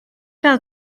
gael